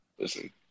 listen